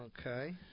Okay